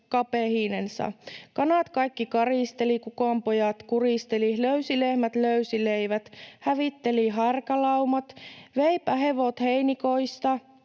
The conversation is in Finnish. kapehinensa / kanat kaikki karisteli / kukonpojat kuristeli / löysi lehmät, löysi leivät / hävitteli härkälaumat / veipä hevot heinikoista